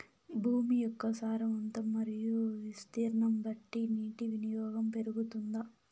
భూమి యొక్క సారవంతం మరియు విస్తీర్ణం బట్టి నీటి వినియోగం పెరుగుతుందా?